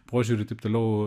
požiūriu taip toliau